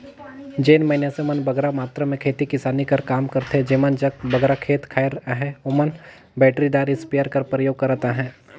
जेन मइनसे मन बगरा मातरा में खेती किसानी कर काम करथे जेमन जग बगरा खेत खाएर अहे ओमन बइटरीदार इस्पेयर कर परयोग करत अहें